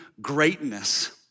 greatness